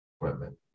equipment